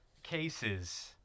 cases